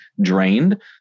drained